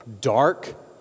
Dark